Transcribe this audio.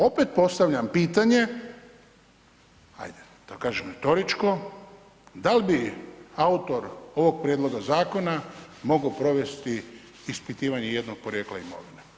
Opet postavljam pitanje, ajde da kažem retoričko, da li bi autor ovog prijedloga zakona mogao provesti ispitivanje jednog porijekla imovine?